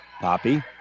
Poppy